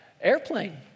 airplane